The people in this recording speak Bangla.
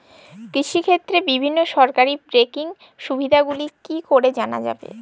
কৃষিক্ষেত্রে বিভিন্ন সরকারি ব্যকিং সুবিধাগুলি কি করে জানা যাবে?